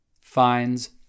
finds